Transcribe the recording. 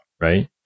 right